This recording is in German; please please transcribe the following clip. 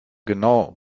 genau